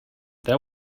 that